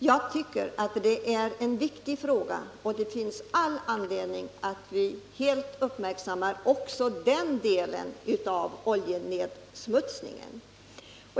Jag tycker att det är en viktig fråga, och det finns all anledning att vi uppmärksammar också den delen av oljenedsmutsningen.